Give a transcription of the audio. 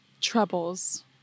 troubles